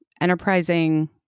enterprising